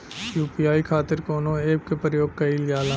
UPI खातीर कवन ऐपके प्रयोग कइलजाला?